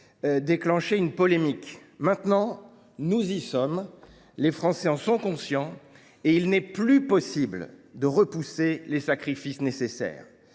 déclenché une polémique. Voilà que nous y sommes bel et bien ; les Français en sont conscients, et il n’est plus possible de repousser les sacrifices nécessaires.